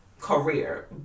career